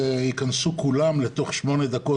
שייכנסו כולן לתוך שמונה דקות,